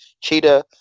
Cheetah